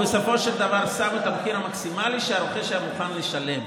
הוא בסופו של דבר שם את המחיר המקסימלי שהרוכש היה מוכן לשלם.